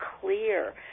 clear